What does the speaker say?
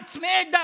(אומר בערבית ומתרגם:) צמאי דם.